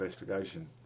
investigation